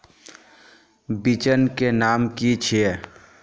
बिचन के नाम की छिये?